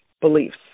beliefs